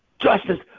Justice